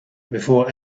before